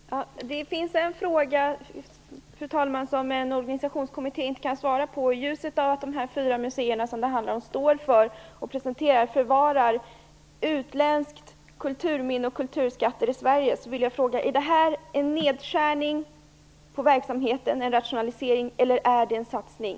Fru talman! Det finns en fråga som en organisationskommitté inte kan svara på. I ljuset av att de fyra museer som det handlar om presenterar och förvarar utländskt kulturminne och kulturskatter i Sverige vill jag fråga: Är det här en nedskärning av verksamheten, en rationalisering, eller är det en satsning?